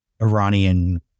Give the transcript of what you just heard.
Iranian